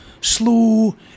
slow